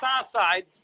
Southside